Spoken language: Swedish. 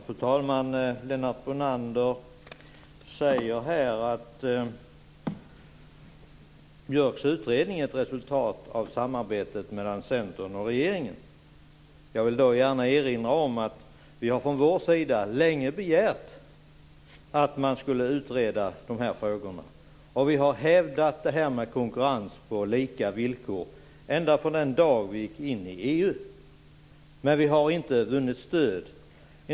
Fru talman! Lennart Brunander säger att Björks utredning är ett resultat av samarbetet mellan Centern och regeringen. Jag vill gärna erinra om att vi från Moderaternas sida länge har begärt att man skall utreda de här frågorna. Vi har hävdat konkurrens på lika villkor ända från den dag Sverige gick in i EU, men vi har inte vunnit stöd.